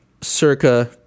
circa